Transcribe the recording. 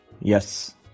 Yes